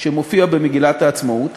שמופיע במגילת העצמאות,